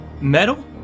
metal